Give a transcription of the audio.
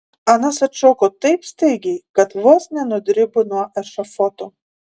anas atšoko taip staigiai kad vos nenudribo nuo ešafoto